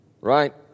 Right